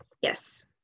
Yes